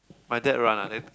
my dad run lah then